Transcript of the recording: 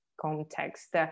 context